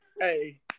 hey